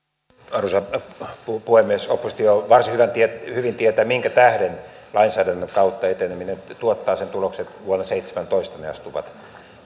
arvoisa puhemies oppositio varsin hyvin tietää minkä tähden lainsäädännön kautta eteneminen tuottaa sen tuloksen vuonna seitsemäntoista ne astuvat